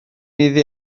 iddi